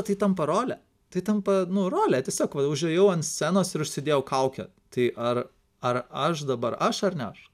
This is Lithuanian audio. tai tampa role tai tampa nu role tiesiog užėjau ant scenos ir užsidėjau kaukę tai ar ar aš dabar aš ar ne aš